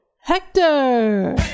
Hector